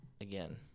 Again